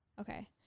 Okay